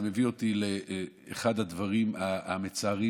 זה מביא אותי לאחד הדברים המצערים